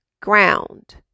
ground